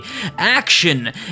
action